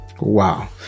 wow